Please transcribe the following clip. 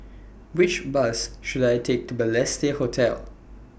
Which Bus should I Take to Balestier Hotel